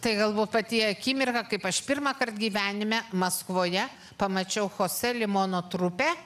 tai galbūt pati akimirka kaip aš pirmąkart gyvenime maskvoje pamačiau chose limono trupę